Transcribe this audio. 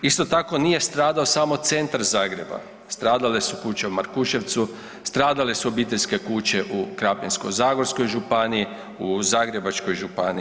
Isto tako nije stradao samo centar Zagreba, stradale su kuće u Markuševcu, stradale su obiteljske kuće u Krapinsko-zagorskoj županiji, u Zagrebačkoj županiji.